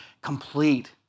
complete